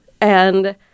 and-